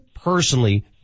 personally